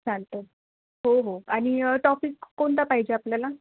चालत हो हो आणि टॉपिक कोणता पाहिजे आपल्याला